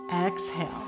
exhale